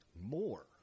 more